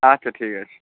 আচ্ছা ঠিক আছে